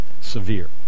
severe